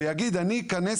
ויגיד, אני אכנס